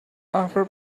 after